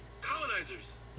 colonizers